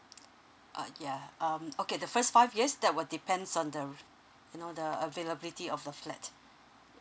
uh ya um okay the first five years that will depends on the you know the availability of the flat